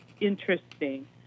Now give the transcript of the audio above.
interesting